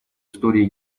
истории